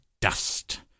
dust